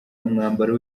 umwambaro